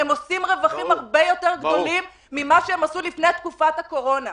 הם עושים רווחים הרבה יותר גדולים ממה שהם עשו לפני תקופת הקורונה.